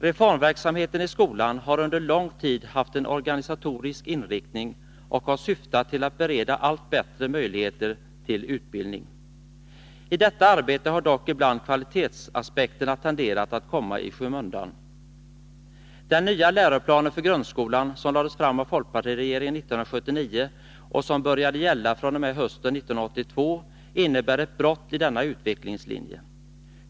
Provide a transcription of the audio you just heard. Reformverksamheten i skolan har under lång tid haft en organisatorisk inriktning och har syftat till att bereda alla bättre möjligheter till utbildning. I detta arbete har dock ibland kvalitetsaspekterna tenderat att komma i skymundan. Den nya läroplanen för grundskolan, som lades fram av folkpartiregeringen 1979 och som började gälla hösten 1982, innebär ett brott i denna utvecklingslinje.